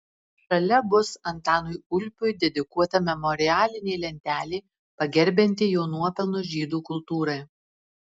šalia bus antanui ulpiui dedikuota memorialinė lentelė pagerbianti jo nuopelnus žydų kultūrai